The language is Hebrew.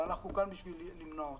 ואנחנו כאן בשביל למנוע אותם.